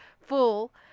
full